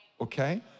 Okay